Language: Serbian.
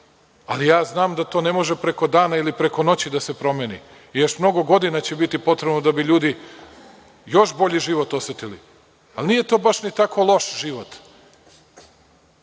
ali ja znam da to ne može preko dana ili preko noći da se promeni. Još mnogo godina će biti potrebno da bi ljudi još bolji život osetili, ali nije to baš ni tako loš život